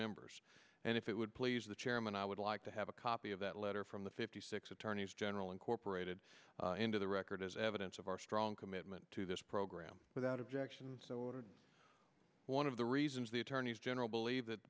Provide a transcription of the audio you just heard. members and if it would please the chairman i would like to have a copy of that letter from the fifty six attorneys general incorporated into the record as evidence of our strong commitment to this program without objection so ordered one of the reasons the attorneys general believe that